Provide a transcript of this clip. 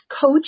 Coach